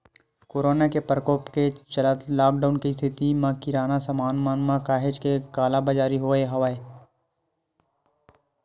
corona के परकोप के चलत लॉकडाउन के इस्थिति म किराना समान मन म काहेच के कालाबजारी होय हवय